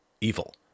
evil